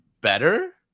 better